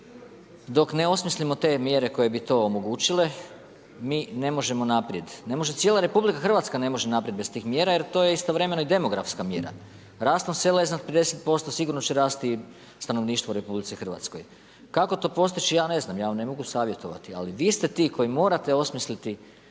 dok ne osmislimo te mjere koje bi to omogućile mi ne možemo naprijed, cijela RH ne može naprijed bez tih mjera jer to je istovremeno i demografska mjera. Rastom sela iznad 50% sigurno će rasti i stanovništvo u RH. Kako to postići, ja ne znam, ja vam ne mogu savjetovati, ali vi ste ti koji morate osmisliti